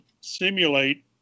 simulate